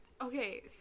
Okay